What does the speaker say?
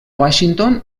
washington